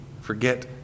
forget